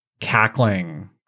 cackling